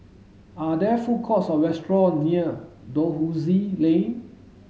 are there food courts or restaurants near Dalhousie Lane